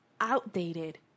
outdated